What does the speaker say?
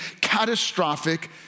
catastrophic